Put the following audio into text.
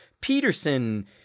peterson